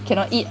cannot eat